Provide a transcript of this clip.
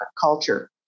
culture